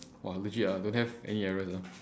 !wah! legit ah don't have any errors ah